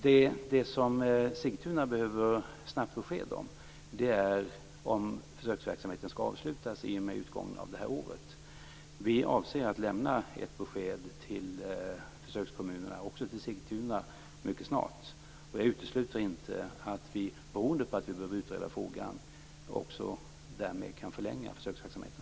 Det som Sigtuna behöver snabbt besked om är om försöksverksamheten skall avslutas i och med utgången av det här året. Vi avser att lämna ett besked till försökskommunerna, också till Sigtuna, mycket snart. Jag utesluter inte att vi, beroende på att vi behöver utreda frågan, också därmed kan förlänga försöksverksamheten.